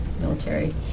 military